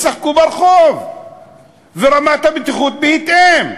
ישחקו ברחוב, ורמת הבטיחות בהתאם.